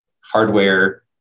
hardware